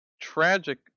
tragic